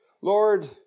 Lord